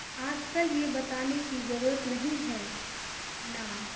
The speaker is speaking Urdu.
آج کل یہ بتانے کی ضرورت نہیں ہے نا